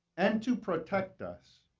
and to protect us.